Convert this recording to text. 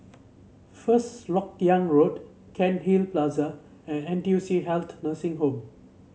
First LoK Yang Road Cairnhill Plaza and N T U C Health Nursing Home